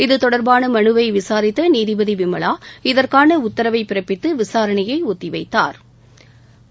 இது தொடர்பான மனுவை விசாரித்த நீதிபதி விமலா இதற்கான உத்தரவை பிறப்பித்து விசரணையை ஒத்தி வைத்தாா்